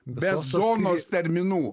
be zonos terminų